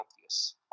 obvious